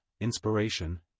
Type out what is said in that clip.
inspiration